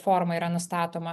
forma yra nustatoma